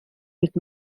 with